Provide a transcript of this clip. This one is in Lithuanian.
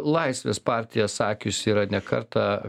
laisvės partija sakiusi yra ne kartą